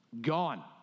Gone